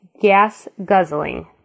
gas-guzzling